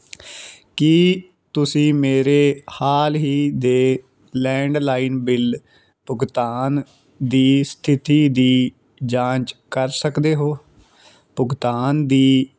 ਕੀ ਤੁਸੀਂ ਮੇਰੇ ਹਾਲ ਹੀ ਦੇ ਲੈਂਡਲਾਈਨ ਬਿੱਲ ਭੁਗਤਾਨ ਦੀ ਸਥਿਤੀ ਦੀ ਜਾਂਚ ਕਰ ਸਕਦੇ ਹੋ ਭੁਗਤਾਨ ਦੀ